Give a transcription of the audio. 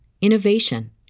innovation